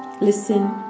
Listen